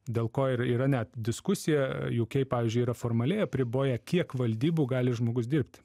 dėl ko ir yra net diskusija uk pavyzdžiui yra formaliai apriboję kiek valdybų gali žmogus dirbt